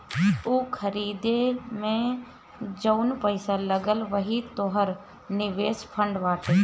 ऊ खरीदे मे जउन पैसा लगल वही तोहर निवेश फ़ंड बाटे